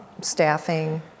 staffing